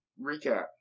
recap